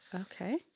Okay